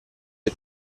dei